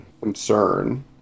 concern